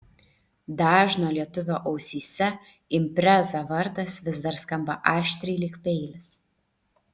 dažno lietuvio ausyse impreza vardas vis dar skamba aštriai lyg peilis